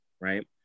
right